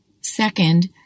Second